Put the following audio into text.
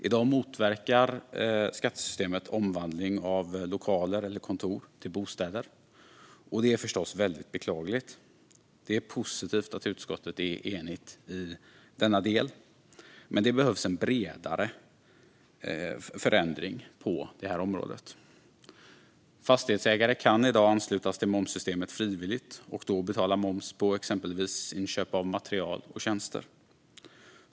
I dag motverkar skattesystemet omvandling av lokaler eller kontor till bostäder. Det är förstås väldigt beklagligt. Det är positivt att utskottet är enigt i denna del. Men det behövs en bredare förändring på detta område. Fastighetsägare kan i dag anslutas till momssystemet frivilligt och då betala moms på exempelvis inköp av material och tjänster.